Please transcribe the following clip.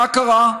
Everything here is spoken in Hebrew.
מה קרה?